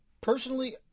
personally